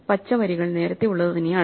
പച്ച വരികൾ നേരത്തെ ഉള്ളത് തന്നെയാണ്